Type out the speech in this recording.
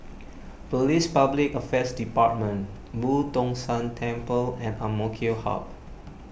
Police Public Affairs Department Boo Tong San Temple and Ang Mo Kio Hub